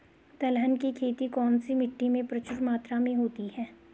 दलहन की खेती कौन सी मिट्टी में प्रचुर मात्रा में होती है?